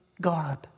garb